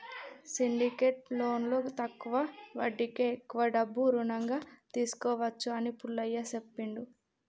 syndicate లోన్లో తక్కువ వడ్డీకే ఎక్కువ డబ్బు రుణంగా తీసుకోవచ్చు అని పుల్లయ్య చెప్పిండు